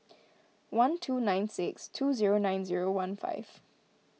one two nine six two zero nine zero one five